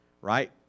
Right